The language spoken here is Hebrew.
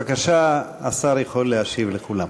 בבקשה, השר יכול להשיב לכולם.